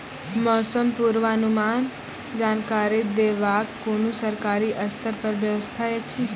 मौसम पूर्वानुमान जानकरी देवाक कुनू सरकारी स्तर पर व्यवस्था ऐछि?